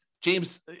James